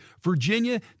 Virginia